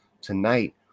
tonight